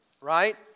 Right